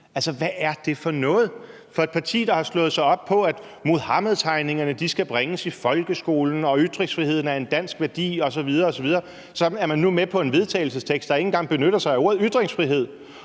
Altså, hvad er det for noget? Som et parti, der har slået sig op på, at Muhammedtegningerne skal bringes i folkeskolen og ytringsfriheden er en dansk værdi osv. osv., er man nu med på en vedtagelsestekst, der ikke engang benytter sig af ordet ytringsfrihed,